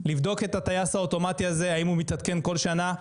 לבדוק את הטייס האוטומטי הזה האם הוא מתעדכן כל שנה,